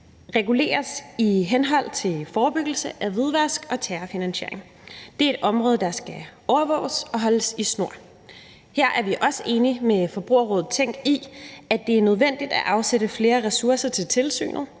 reguleres i henhold til forebyggelse af hvidvask og terrorfinansiering. Det er et område, der skal overvåges og holdes i snor. Her er vi også enige med Forbrugerrådet Tænk i, at det er nødvendigt at afsætte flere ressourcer til tilsynet,